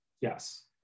Yes